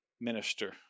minister